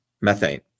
methane